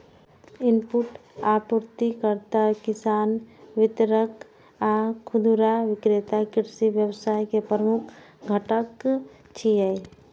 input आपूर्तिकर्ता, किसान, वितरक आ खुदरा विक्रेता कृषि व्यवसाय के प्रमुख घटक छियै